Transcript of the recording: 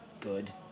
good